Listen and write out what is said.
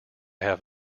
have